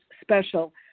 special